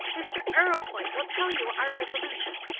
mr. arrowpoint will tell you our resolution.